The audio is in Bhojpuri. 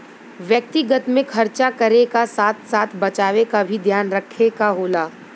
व्यक्तिगत में खरचा करे क साथ साथ बचावे क भी ध्यान रखे क होला